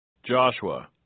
Joshua